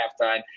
halftime